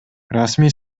расмий